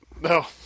No